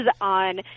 on